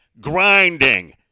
grinding